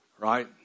Right